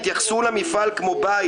התייחסו למפעל כמו בית.